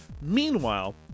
meanwhile